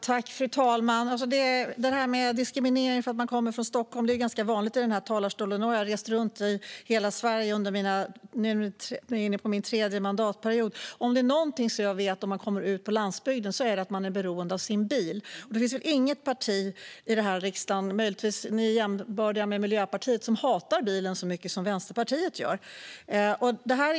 Fru talman! Diskriminering mot stockholmare är ganska vanligt i talarstolen. Men under mina drygt två mandatperioder har jag rest runt i hela Sverige, och är det något jag vet om landsbygden så är det att man där är beroende av sin bil. Och det finns väl inget parti i riksdagen, förutom Miljöpartiet, som hatar bilen så mycket som Vänsterpartiet gör.